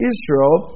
Israel